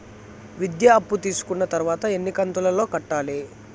విద్య అప్పు తీసుకున్న తర్వాత ఎన్ని కంతుల లో కట్టాలి?